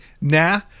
nah